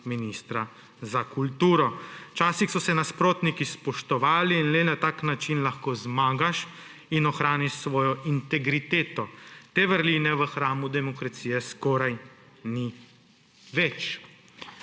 ministra za kulturo. Včasih so se nasprotniki spoštovali in le na tak način lahko zmagaš in ohraniš svojo integriteto. Te vrline v hramu demokracije skoraj ni več.